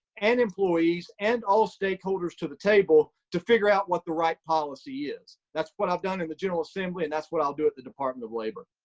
and employees, and all stakeholders to the table to figure out what the right policy is. that's what i've done in the general assembly, and that's what i'll do at the department of labor.